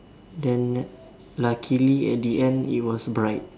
then luckily at the end it was bright